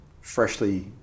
freshly